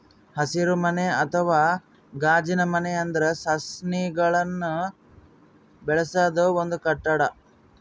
ಹಸಿರುಮನೆ ಅಥವಾ ಗಾಜಿನಮನೆ ಅಂದ್ರ ಸಸಿಗಳನ್ನ್ ಬೆಳಸದ್ ಒಂದ್ ಕಟ್ಟಡ